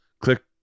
click